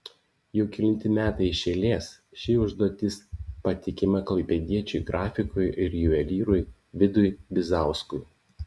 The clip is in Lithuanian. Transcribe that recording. jau kelinti metai iš eilės ši užduotis patikima klaipėdiečiui grafikui ir juvelyrui vidui bizauskui